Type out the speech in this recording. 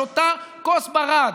שותה כוס ברד.